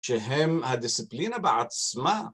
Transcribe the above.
שהם הדיסציפלינה בעצמה.